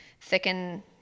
thicken